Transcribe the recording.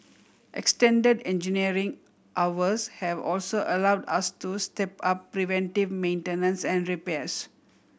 extended engineering hours have also allowed us to step up preventive maintenance and repairs